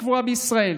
לקבורה בישראל.